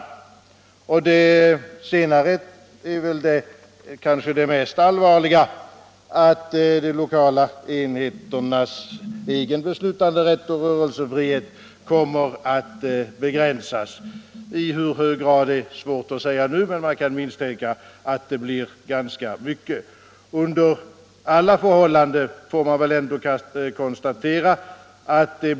Upptagandet av uppgifter från de senare är väl det kanske mest allvarliga, då därigenom de lokala enheternas egen beslutanderätt och rörelsefrihet kommer att begränsas — i hur hög grad är svårt att säga nu, men man kan misstänka att det blir ganska mycket. Under alla förhållanden får man väl konstatera att det kanske t. od.